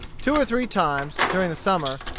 two or three times, during the summer,